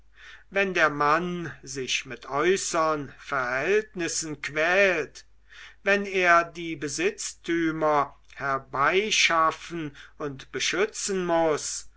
wenn der mann sich mit äußern verhältnissen quält wenn er die besitztümer herbeischaffen und beschützen muß